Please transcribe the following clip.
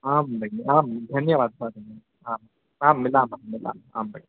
आं भगिनी आं धन्यवादः आम् आं मिलामः मिलामः आं भगिनी